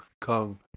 Kung